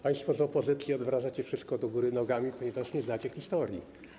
Państwo z opozycji odwracacie wszystko do góry nogami, ponieważ nie znacie historii.